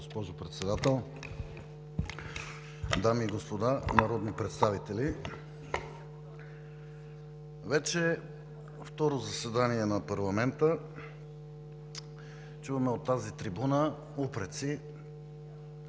госпожо Председател, дами и господа народни представители! Вече второ заседание на парламента чуваме от тази трибуна упреци: